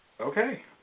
Okay